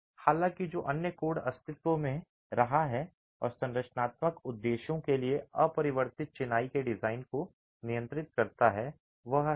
हालाँकि जो अन्य कोड अस्तित्व में रहा है और संरचनात्मक उद्देश्यों के लिए अपरिवर्तित चिनाई के डिजाइन को नियंत्रित करता है वह है 1905